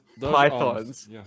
pythons